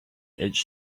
its